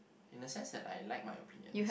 in the sense that I like my opinion